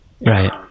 Right